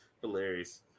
Hilarious